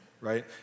right